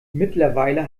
mittlerweile